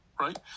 Right